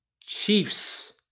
Chiefs